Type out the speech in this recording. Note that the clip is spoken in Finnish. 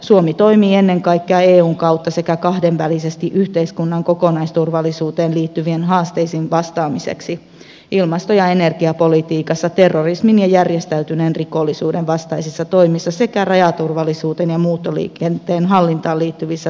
suomi toimii ennen kaikkea eun kautta sekä kahdenvälisesti yhteiskunnan kokonaisturvallisuuteen liittyviin haasteisiin vastaamiseksi ilmasto ja energiapolitiikassa terrorismin ja järjestäytyneen rikollisuuden vastaisissa toimissa sekä rajaturvallisuuteen ja muuttoliikkeiden hallintaan liittyvissä toimissa